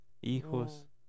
hijos